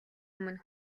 өмнө